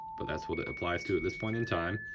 but that's what it applies to at this point in time.